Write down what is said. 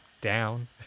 down